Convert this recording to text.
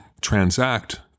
transact